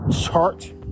Chart